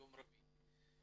ביום רביעי.